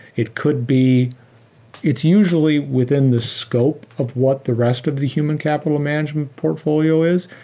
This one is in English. it could be it's usually within the scope of what the rest of the human capital management portfolio is,